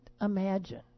imagine